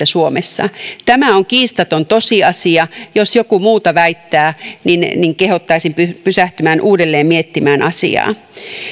suomessa tämä on kiistaton tosiasia jos joku muuta väittää niin kehottaisin pysähtymään uudelleen miettimään asiaa